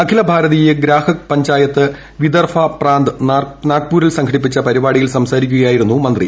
അഖില ഭാരതീയ് ്രഗ്ലാഹക് പഞ്ചായത്ത് വിദർഭ പ്രാന്ത് നാഗ്പൂരിൽ സംഘടിപ്പിച്ചു പ്പിരിപ്പാടിയിൽ സംസാരിക്കുകയായിരുന്നു മന്ത്രി